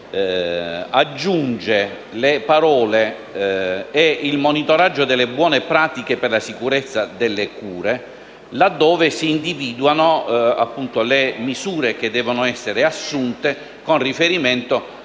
dell'articolo 3, aggiunge le parole: «e il monitoraggio delle buone pratiche per la sicurezza delle cure», laddove si individuano le misure che devono essere assunte con riferimento ai